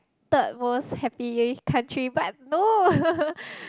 third most happy country but no